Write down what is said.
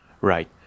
Right